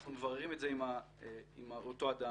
אנחנו מבררים את זה עם אותו אדם,